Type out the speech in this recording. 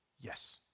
Yes